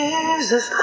Jesus